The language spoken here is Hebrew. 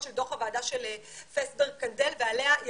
של דוח הוועדה של פסברג-קנדל ועליה ירחיבו,